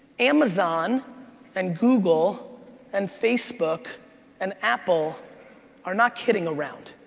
amazon and google and facebook and apple are not kidding around.